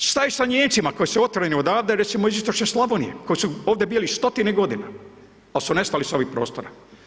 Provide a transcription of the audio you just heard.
Npr. šta je sa Nijemcima koji su otjerani odavde, recimo iz istočne Slavonije, koji su ovdje bili stotine godina, al su nestali sa ovih prostora?